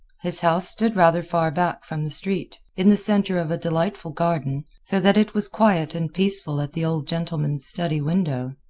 his house stood rather far back from the street, in the center of a delightful garden, so that it was quiet and peaceful at the old gentleman's study window.